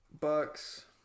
Bucks